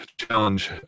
challenge